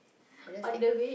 I just take